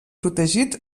protegit